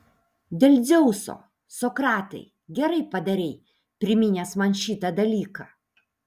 dėl dzeuso sokratai gerai padarei priminęs man šitą dalyką